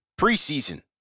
preseason